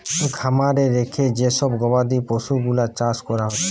খামারে রেখে যে সব গবাদি পশুগুলার চাষ কোরা হচ্ছে